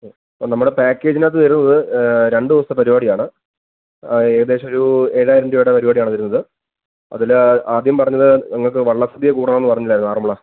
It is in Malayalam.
മ്മ് അപ്പോൾ നമ്മുടെ പേക്കേജിന് അകത്ത് വരുന്നത് രണ്ടുദിവസത്തെ പരിപാടി ആണ് ഏകദേശം ഒരു ഏഴായിരം രൂപയുടെ പരിപാടിയാണ് വരുന്നത് അതിൽ ആദ്യം പറഞ്ഞത് നിങ്ങൾക്ക് വള്ളസദ്യ കൂടണം എന്ന് പറഞ്ഞില്ലായിരുന്നോ ആറന്മുള